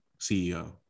CEO